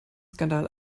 skandal